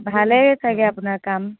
ভালেই চাগৈ আপোনাৰ কাম